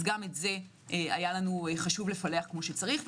גם את זה היה חשוב לנו לפלח כמו שצריך.